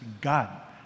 God